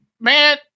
man